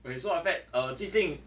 so ah fat err 最近